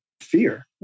fear